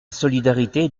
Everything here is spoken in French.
solidarité